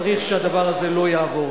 וצריך שהדבר הזה לא יעבור.